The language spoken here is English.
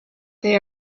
they